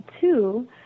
two